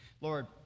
Lord